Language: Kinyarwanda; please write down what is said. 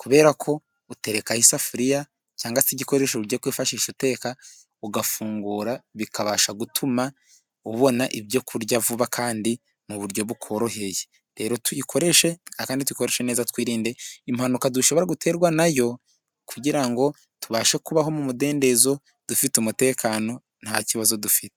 kubera ko utereka isafuriya, cyangwa se igikoresho uburyo wifashisha uteka, ugafungura bikabasha gutuma ubona ibyo kurya vuba, kandi mu buryo bukoroheye, rero tuyikoreshe, kandi tuyikoresha neza twirinde impanuka dushobora guterwa nayo, kugira ngo tubashe kubaho mu mumudendezo, dufite umutekano nta kibazo dufite.